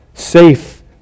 safe